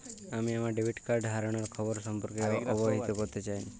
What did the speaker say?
আমি আমার debit card হারানোর খবর সম্পর্কে অবহিত করতে চাই